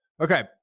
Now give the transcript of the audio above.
Okay